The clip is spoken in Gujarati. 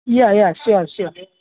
yeah yeah sure sure